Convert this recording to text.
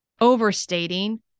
overstating